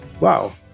Wow